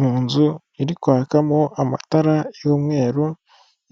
Mu nzu iri kwakamo amatara y'umweru